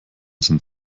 sind